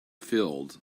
field